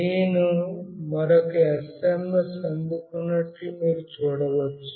నేను మరొక SMS అందుకున్నట్లు మీరు చూడవచ్చు